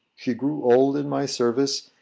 she grew old in my service,